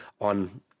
on